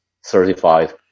certified